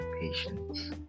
patience